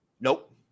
Nope